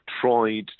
tried